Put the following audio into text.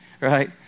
right